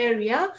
Area